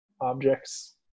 objects